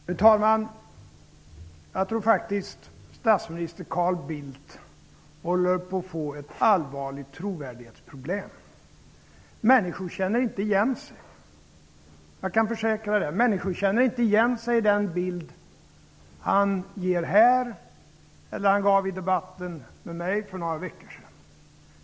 Fru talman! Jag tror faktiskt att statsminister Carl Bildt håller på att få ett allvarligt trovärdighetsproblem. Människor känner inte igen sig, jag kan försäkra det, i den bild han ger här eller den han gav i debatten med mig för några veckor sedan.